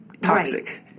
toxic